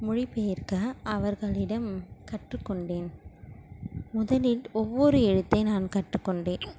மொழிப்பெயர்க்க அவர்களிடம் கற்றுக்கொண்டேன் முதலில் ஒவ்வொரு எழுத்தை நான் கற்றுக்கொண்டேன்